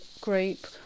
group